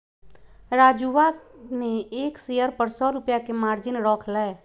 राजूवा ने एक शेयर पर सौ रुपया के मार्जिन रख लय